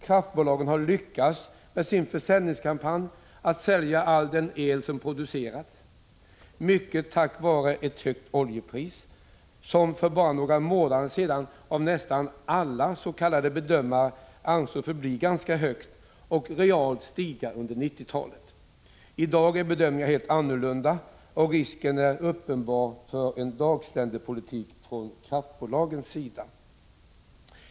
Kraftbolagen har lyckats med sin försäljningskampanj att sälja all den el som producerats — mycket tack vare ett högt oljepris, som för bara några månader sedan av nästan alla s.k. bedömare ansågs komma att förbli ganska högt och realt stiga under 1990-talet. I dag är bedömningarna helt annorlunda, och risken för en ”dagsländepolitik” från kraftbolagens sida är uppenbar.